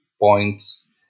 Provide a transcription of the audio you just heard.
points